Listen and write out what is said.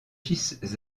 fils